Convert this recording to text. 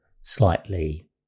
slightly